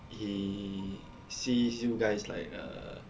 he sees you guys like err